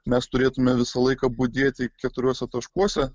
mes turėtume visą laiką budėti keturiuose taškuose